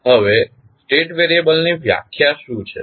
હવે સ્ટેટ વેરીયબલની વ્યાખ્યા શું છે